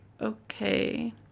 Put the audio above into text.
okay